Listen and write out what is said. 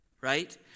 right